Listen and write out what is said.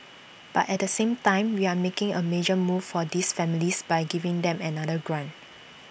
but at the same time we are making A major move for these families by giving them another grant